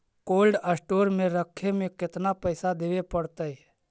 Cold store में रखे में केतना पैसा देवे पड़तै है?